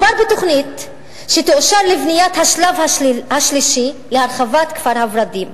גברתי היושבת-ראש, חברי חברי הכנסת,